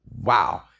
wow